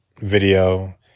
video